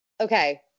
Okay